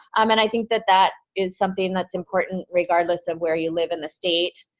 um and i think that that is something that's important regardless of where you live in the state,